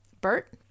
Bert